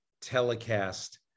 telecast